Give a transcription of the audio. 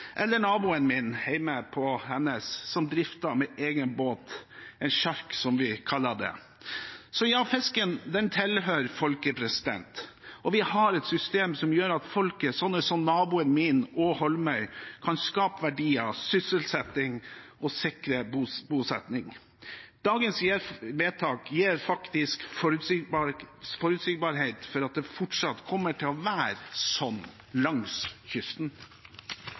naboen min hjemme på Hennes, som drifter med egen båt – en sjark, som vi kaller det. Så ja, fisken tilhører folket. Og vi har et system som gjør at folk, slike som naboen min og Holmøy, kan skape verdier og sysselsetting og sikre bosetting. Dagens vedtak gir faktisk forutsigbarhet for at det fortsatt kommer til å være slik langs kysten.